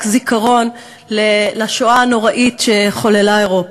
רק זיכרון לשואה הנוראית שחוללה אירופה.